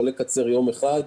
ולא לקצר יום אחד.